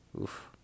Oof